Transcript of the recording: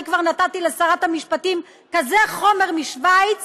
אני כבר נתתי לשרת המשפטים כזה חומר משווייץ